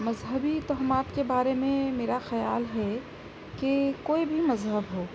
مذہبی توہمات کے بارے میں میرا خیال ہے کہ کوئی بھی مذہب ہو